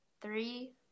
three